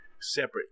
separate